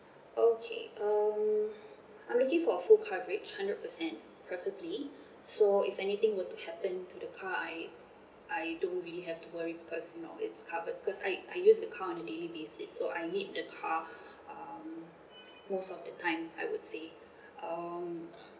okay um I'm looking for a full coverage hundred percent preferably so if anything were to happen to the car I I don't really have to worry because you know it's covered because I I use the car on a daily basis so I need the car um most of the time I would say um